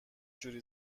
جور